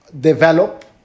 develop